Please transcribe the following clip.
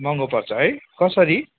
महँगो पर्छ है कसरी